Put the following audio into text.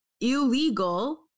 illegal